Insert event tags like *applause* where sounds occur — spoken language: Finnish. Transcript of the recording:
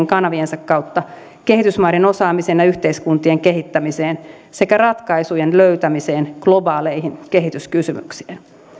*unintelligible* kanaviensa kautta kehitysmaiden osaamisen ja yhteiskuntien kehittämiseen sekä ratkaisujen löytämiseen globaaleihin kehityskysymyksiin